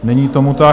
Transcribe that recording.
Není tomu tak.